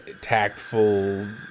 tactful